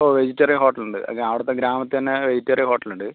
ഓ vegetarian hotel ഉണ്ട് എനി അവിടുത്തെ ഗ്രാമത്തിൽ തന്നെ വെജിറ്റേറിയൻ ഹോട്ടൽ ഉണ്ട്